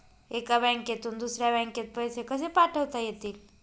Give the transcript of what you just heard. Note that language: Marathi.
एका बँकेतून दुसऱ्या बँकेत पैसे कसे पाठवता येतील?